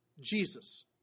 Jesus